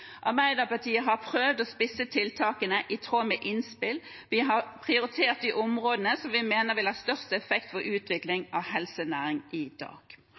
Arbeiderpartiet har prøvd å spisse tiltakene i tråd med innspill, og vi har prioritert de områdene som vi mener vil ha størst effekt for utvikling av helsenæringen i dag.